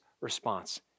response